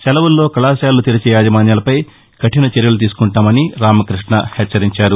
సెలవుల్లో కళాశాలలు తెరిచే యాజమాన్యాలపై కఠిన చర్యలు తీసుకుంటామని రామకృష్ణ హెచ్చరించారు